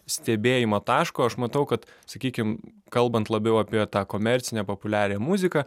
stebėjimo taško aš matau kad sakykim kalbant labiau apie tą komercinę populiariąją muziką